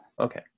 Okay